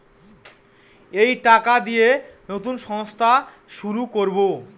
এই টাকা দিয়ে নতুন সংস্থা শুরু করবো